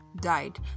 died